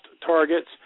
targets